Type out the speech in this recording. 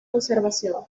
conservación